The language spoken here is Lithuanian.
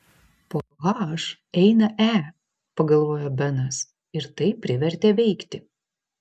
po h eina e pagalvojo benas ir tai privertė veikti